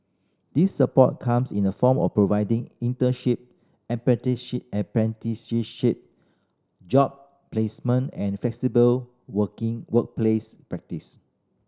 this support comes in the form of providing internship apprenticeship job placement and flexible working workplace practice